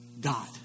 God